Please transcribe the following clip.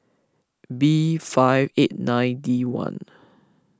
B five eight nine D one